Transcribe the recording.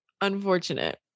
unfortunate